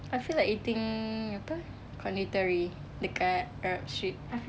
I feel like eating apa konditori dekat arab street